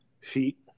feet